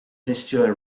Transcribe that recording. vistula